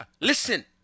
listen